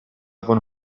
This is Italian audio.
von